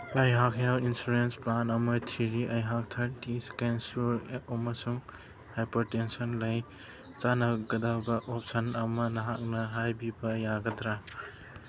ꯑꯩꯍꯥꯛ health insurance plan ꯑꯃ ꯊꯤꯔꯤ ꯑꯩꯍꯥꯛ ꯊꯥꯔꯇꯤ ꯑꯦꯖ ꯁꯨꯔꯦ ꯑꯃꯁꯨꯡ ꯍꯥꯏꯄꯔ ꯇꯦꯟꯁꯟ ꯂꯩ ꯆꯥꯟꯅꯒꯗꯕ ꯑꯣꯞꯁꯟ ꯑꯃ ꯅꯍꯥꯛꯅ ꯍꯥꯏꯕꯤꯕ ꯌꯥꯒꯗ꯭ꯔꯥ